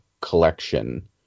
collection